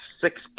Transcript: six